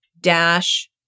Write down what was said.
dash